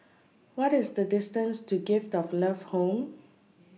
What IS The distance to Gift of Love Home